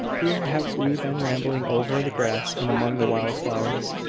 here have we been rambling over the grass and among the wild-flowers,